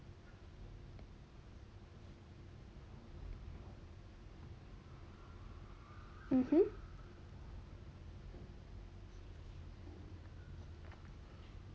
mmhmm